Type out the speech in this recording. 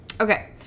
Okay